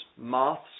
moths